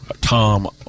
Tom